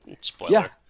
Spoiler